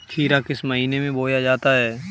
खीरा किस महीने में बोया जाता है?